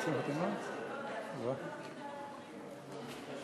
של חברת הכנסת זהבה גלאון ואחרים,